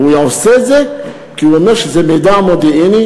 והוא עושה את זה כי הוא אומר שזה מידע מודיעיני,